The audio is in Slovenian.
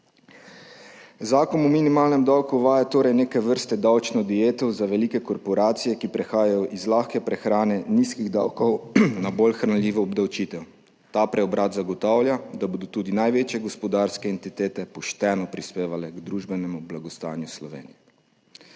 Zakon o minimalnem davku uvaja torej neke vrste davčno dieto za velike korporacije, ki prihajajo iz lahke prehrane nizkih davkov na bolj hranljivo obdavčitev. Ta preobrat zagotavlja, da bodo tudi največje gospodarske entitete pošteno prispevale k družbenemu blagostanju Slovenije.